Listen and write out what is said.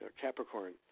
Capricorn